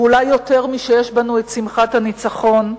אולי יותר משיש בנו שמחת הניצחון,